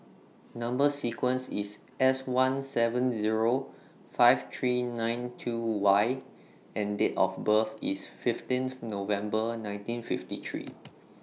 Number sequence IS S one seven Zero five three nine two Y and Date of birth IS fifteenth November nineteen fifty three